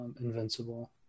invincible